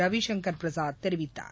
ரவிசங்கர் பிரசாத் தெரிவித்தார்